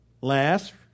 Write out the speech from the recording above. last